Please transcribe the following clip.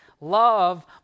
love